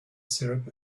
syrup